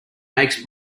makes